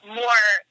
more